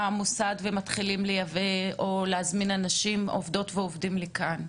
המוסד ומתחילים להזמין עובדות ועובדים לכאן?